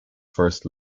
first